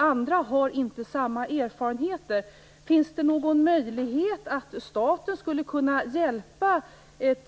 Andra har inte samma erfarenhet. Finns det någon möjlighet för staten att hjälpa